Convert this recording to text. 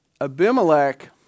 Abimelech